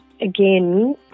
again